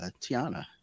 Tiana